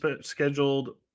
scheduled